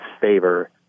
favor